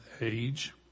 age